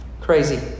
Crazy